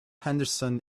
henderson